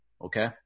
okay